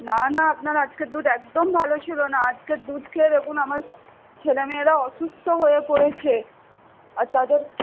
না না আপনার আজকের দুধ একদম ভালো ছিলনা আজকের দুধ খেয়ে দেখুন আমার ছেলে মেয়েরা অসুস্থ হয়ে পড়েছে আর তাদের